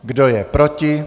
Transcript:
Kdo je proti?